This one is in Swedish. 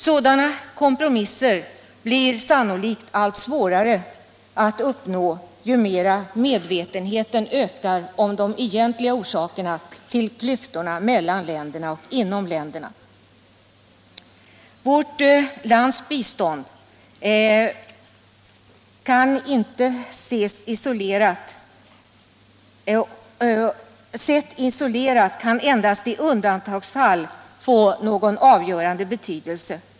Sådana kompromisser blir sannolikt allt svårare att uppnå ju mera medvetenheten ökar om de egentliga orsakerna till klyftorna mellan länderna och inom länderna. Vårt lands bistånd sett isolerat kan endast i undantagsfall få någon avgörande betydelse.